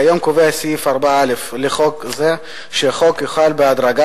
כיום קובע סעיף 4(א) לחוק זה שהחל משנת